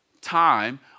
time